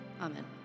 Amen